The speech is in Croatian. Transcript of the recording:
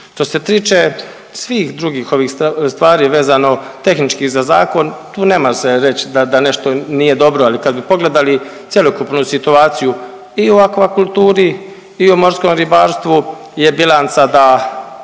Što se tiče svih drugih ovih stvari vezano tehnički za zakon tu nema se reći da nešto nije dobro. Ali kad bi pogledali cjelokupnu situaciju i u aquakulturi i u morskom ribarstvu je bilanca da